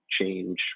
change